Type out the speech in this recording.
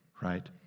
right